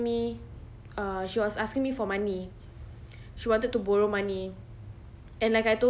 me uh she was asking me for money she wanted to borrow money and like I told